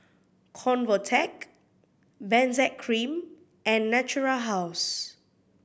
Convatec Benzac Cream and Natura House